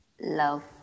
love